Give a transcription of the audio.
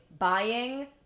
Buying